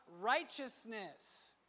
righteousness